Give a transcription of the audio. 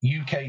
UK